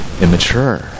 immature